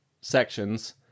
sections